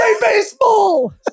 baseball